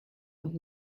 und